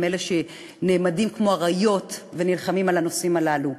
הם אלה שנעמדים כמו אריות ונלחמים על הנושאים הללו.